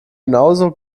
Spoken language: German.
genauso